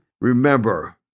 Remember